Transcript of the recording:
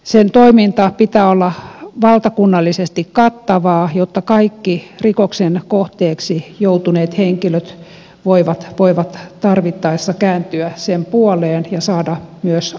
sen toiminnan pitää olla valtakunnallisesti kattavaa jotta kaikki rikoksen kohteeksi joutuneet henkilöt voivat tarvittaessa kääntyä sen puoleen ja saada myös apua ja tukea